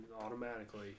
automatically